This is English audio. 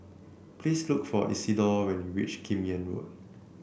please look for Isidore when you reach Kim Yam Road